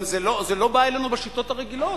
גם זה לא בא אלינו בשיטות הרגילות.